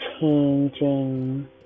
changing